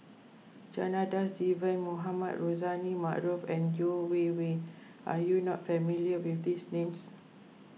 Janadas Devan Mohamed Rozani Maarof and Yeo Wei Wei are you not familiar with these names